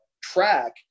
track